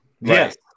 yes